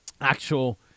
actual